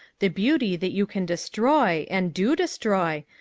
the beauty that you can destroy, and do destroy,